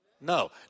No